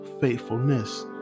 faithfulness